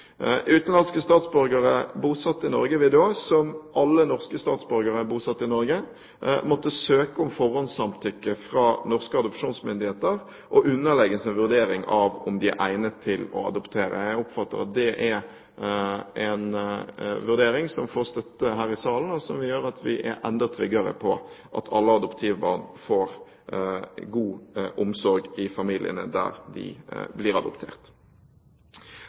Utenlandske statsborgere bosatt i Norge vil da, som alle norske statsborgere bosatt i Norge, måtte søke om forhåndssamtykke fra norske adopsjonsmyndigheter og underlegges en vurdering av om de er egnet til å adoptere. Jeg oppfatter at det er en vurdering som får støtte her i salen, og som gjør at vi er enda tryggere på at alle adoptivbarn får god omsorg i familiene der de blir adoptert.